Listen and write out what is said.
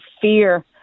fear